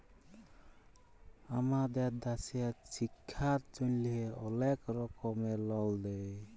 আমাদের দ্যাশে ছিক্ষার জ্যনহে অলেক রকমের লল দেয়